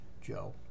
Joe